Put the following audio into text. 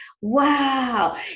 Wow